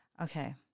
Okay